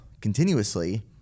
continuously